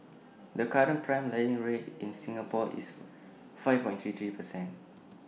the current prime lending rate in Singapore is five thirty three percent